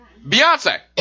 Beyonce